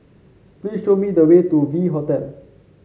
please show me the way to V Hotel